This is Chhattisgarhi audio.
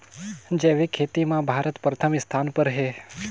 जैविक खेती म भारत प्रथम स्थान पर हे